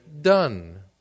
done